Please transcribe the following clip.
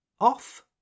off